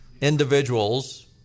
individuals